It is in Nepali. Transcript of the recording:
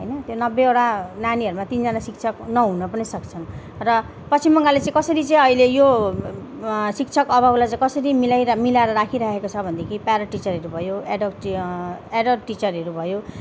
होइन त्यो नब्बेवटा नानीहरूमा तिनजना शिक्षक नहुन पनि सक्छन् र पश्चिम बङ्गालले चाहिँ कसरी चाहिँ अहिले यो शिक्षक अभावलाई चाहिँ कसरी मिलाइरहेको मिलाएर राखिरहेको छ भनेदेखि प्यारा टिचरहरू भयो एडहक एडहक टिचरहरू भयो